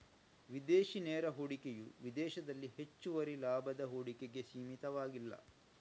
ವಿದೇಶಿ ನೇರ ಹೂಡಿಕೆಯು ವಿದೇಶದಲ್ಲಿ ಹೆಚ್ಚುವರಿ ಲಾಭದ ಹೂಡಿಕೆಗೆ ಸೀಮಿತವಾಗಿಲ್ಲ